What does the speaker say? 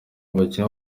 abakinnyi